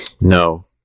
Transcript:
No